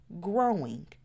growing